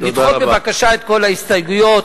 ולדחות בבקשה את כל ההסתייגויות.